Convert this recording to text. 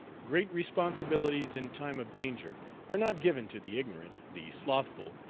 great responsibilities in time of danger are not given to the ignorant, the slothful,